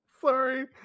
Sorry